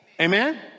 amen